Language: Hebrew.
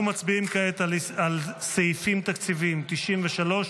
אנחנו מצביעים כעת על סעיפים תקציביים 93,